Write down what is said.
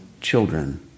children